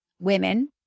women